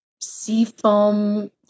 seafoam